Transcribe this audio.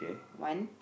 one